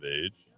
age